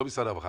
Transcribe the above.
לא משרד הרווחה,